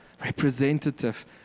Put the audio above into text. representative